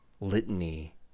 litany